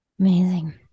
Amazing